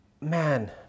Man